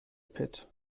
pit